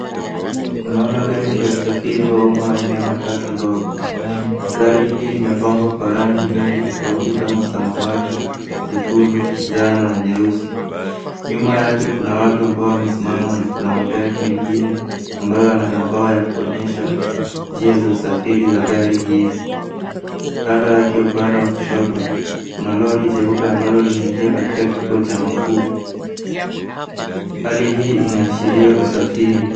Tunaona gari la usafiri wa umma aina ya matatu ndogo. Gari hili limepambwa kwa rangi nyingi tofauti kama samawati, nyekundu, kinjano na nyeusi. Nyuma yake kuna watu ambao wamesimama na kuna magari mengine ambayo yana mabao ya kuonyesha njia za usafiri za magari hizi. Kando yake upande wa kushoto, kuna lori jeupe ambalo linaingia katika kituo cha mafuta. Hali hii inashiria usafiri.